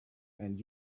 and